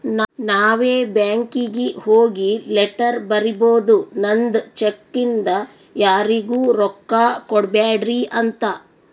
ನಾವೇ ಬ್ಯಾಂಕೀಗಿ ಹೋಗಿ ಲೆಟರ್ ಬರಿಬೋದು ನಂದ್ ಚೆಕ್ ಇಂದ ಯಾರಿಗೂ ರೊಕ್ಕಾ ಕೊಡ್ಬ್ಯಾಡ್ರಿ ಅಂತ